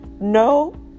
No